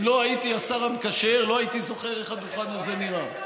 אם לא הייתי השר המקשר לא הייתי זוכר איך בכלל זה נראה.